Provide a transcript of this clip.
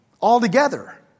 altogether